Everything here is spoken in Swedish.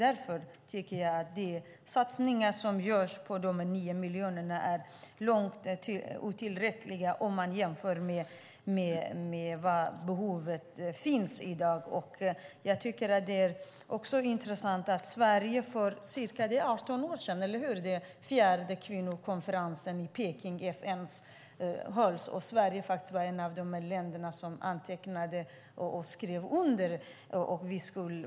Därför tycker jag att de 9 miljoner i satsningar som görs är långt ifrån tillräckliga om man ser till det behov som finns i dag. Det är intressant att Sverige för ca 18 år sedan - det var väl då FN:s fjärde kvinnokonferens hölls i Peking - var ett av de länder som antecknade och skrev under åtagandena.